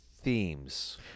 themes